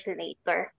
later